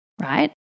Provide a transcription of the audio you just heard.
right